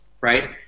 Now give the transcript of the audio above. right